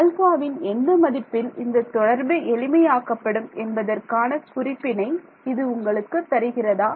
ஆல்பாவின் எந்த மதிப்பில் இந்த தொடர்பு எளிமை ஆக்கப்படும் என்பதற்கான குறிப்பினை இது உங்களுக்கு தருகிறதா